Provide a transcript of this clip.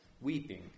weeping